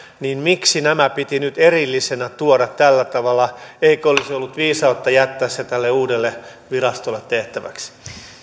niin miksi nämä piti nyt erillisinä tuoda tällä tavalla eikö olisi ollut viisautta jättää se tälle uudelle virastolle tehtäväksi